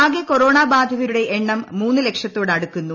ആകെ കൊറോണ ബാധിതരുടെ എണ്ണം മൂന്ന് ലക്ഷത്തോട് അടുക്കുന്നു